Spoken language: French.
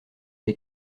des